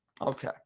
Okay